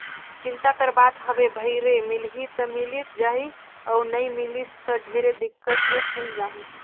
चिंता कर बात हवे भई रे मिलही त मिलिस जाही अउ नई मिलिस त ढेरे दिक्कत मे फंयस जाहूँ